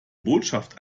botschaft